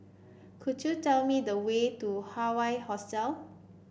could you tell me the way to Hawaii Hostel